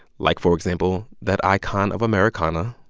like, for example, that icon of americana,